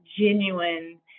genuine